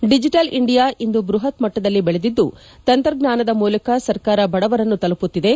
digital India ಇಂದು ಬ್ವಹತ್ ಮಟ್ಟದಲ್ಲಿ ಬೆಳೆದಿದ್ದು ತಂತ್ರಜ್ಞಾನದ ಮೂಲಕ ಸರ್ಕಾರ ಬಡವರನ್ನು ತಲುಪುತ್ತಿದೆ